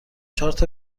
چهارتا